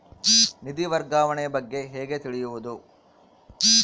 ನಿಧಿ ವರ್ಗಾವಣೆ ಬಗ್ಗೆ ಹೇಗೆ ತಿಳಿಯುವುದು?